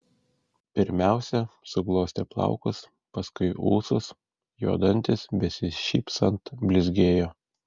pirmiausia suglostė plaukus paskui ūsus jo dantys besišypsant blizgėjo